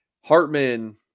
Hartman